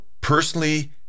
personally